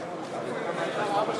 נארגן